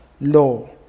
law